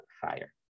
fire